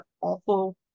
awful